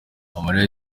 amarira